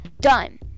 done